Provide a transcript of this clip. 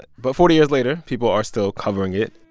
but forty years later, people are still covering it.